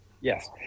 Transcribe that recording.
Yes